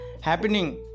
happening